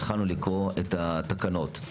התחלנו לקרוא את התקנות.